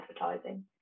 advertising